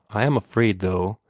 i am afraid, though,